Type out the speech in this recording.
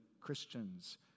Christians